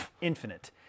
infinite